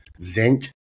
zinc